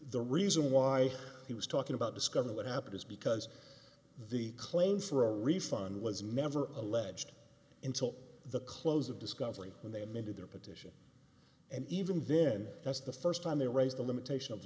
the reason why he was talking about discovering what happened is because the claim for a refund was member of alleged insult the close of discovery when they admitted their petition and even then that's the first time they raised the limitation of